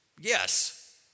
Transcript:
Yes